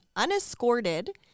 unescorted